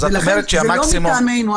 זה לא מטעמנו,